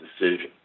decision